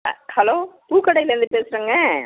ஆ hello பூக்கடையிலேருந்து பேசுகிறேங்க